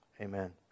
Amen